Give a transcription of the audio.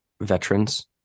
veterans